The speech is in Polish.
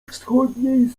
wschodniej